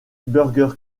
burger